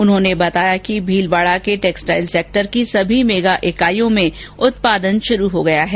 उन्होंने बताया कि भीलवाड़ा की टैक्सटाइल सेक्टर की सभी मेगा इकाईयों में उत्पादन शुरू हो गया है